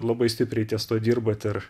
labai stipriai ties tuo dirbat ir